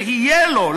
שיהיה לו,